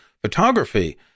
photography